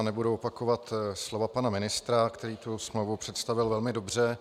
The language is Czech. Nebudu opakovat slova pana ministra, který tu smlouvu představil velmi dobře.